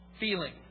feeling